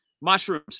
Mushrooms